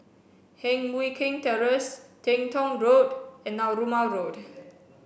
Heng Mui Keng Terrace Teng Tong Road and Narooma Road